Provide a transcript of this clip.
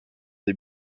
des